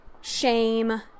shame